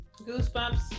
Goosebumps